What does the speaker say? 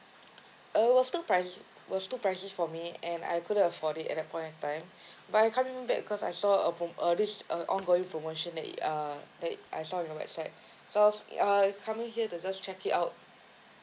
uh it was too pricey for me and I couldn't afford it at that of point time but I coming back because I saw uh pro~ uh this uh ongoing promotion that it uh that I saw in your website so I was err coming here to just check it out